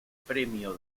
premio